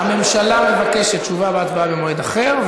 אנחנו נתקן לפרוטוקול: הממשלה מבקשת תשובה והצבעה במועד אחר,